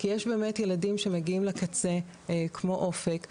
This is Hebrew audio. כי יש באמת ילדים שמגיעים לקצה כמו אופק,